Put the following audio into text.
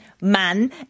man